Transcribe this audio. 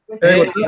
Hey